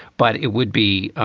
but it would be. ah